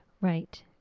Right